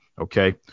okay